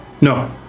No